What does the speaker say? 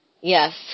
yes